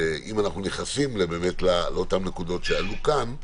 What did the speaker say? אם אנחנו נכנסים לאותן נקודות שעלו כאן,